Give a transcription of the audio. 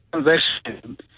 transactions